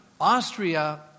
Austria